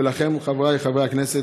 ואתם, חבריי חברי הכנסת,